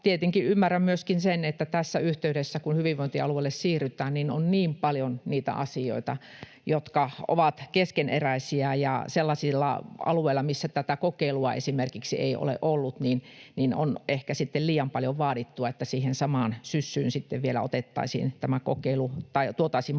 tietenkin ymmärrän myöskin sen, että tässä yhteydessä, kun hyvinvointialueelle siirrytään, on paljon keskeneräisiä asioita, ja esimerkiksi sellaisilla alueilla, missä tätä kokeilua ei ole ollut, on ehkä liian paljon vaadittu, että siihen samaan syssyyn vielä tuotaisiin mukaan tämä henkilökohtainen budjetointi.